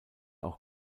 auch